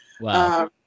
Wow